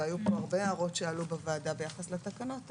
והיו פה הרבה הערות שעלו פה בוועדה ביחס לתקנות האלה,